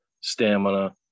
stamina